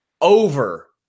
over